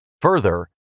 Further